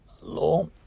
law